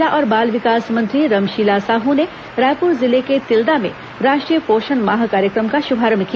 महिला और बाल विकास मंत्री रमशिला साहू ने रायपुर जिले के तिल्दा में राष्ट्रीय पोषण माह कार्यक्रम का शुभारंभ किया